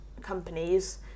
companies